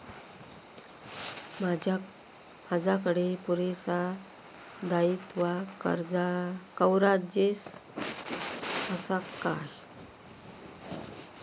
माजाकडे पुरासा दाईत्वा कव्हारेज असा काय?